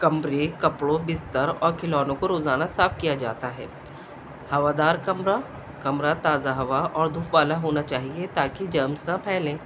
کمرے کپڑوں بستر اور کھلونوں کو روزانہ صاف کیا جاتا ہے ہوا دار کمرہ کمرہ تازہ ہوا اور دھوپ والا ہونا چاہیے تا کہ جرمس نہ پھیلیں